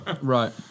Right